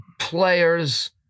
players